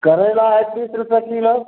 करैला हइ तीस रुपैआ किलो